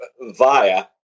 Via